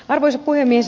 arvoisa puhemies